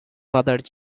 father